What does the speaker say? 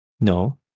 no